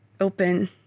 open